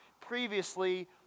previously